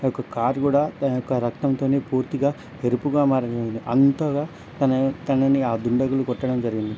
తన యొక్క కార్ కూడా తన యొక్క రక్తంతోని పూర్తిగా ఎరుపుగా మాపోయింది అంతగా తన తనని ఆ దుండగులు కొట్టడం జరిగింది